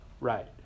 Right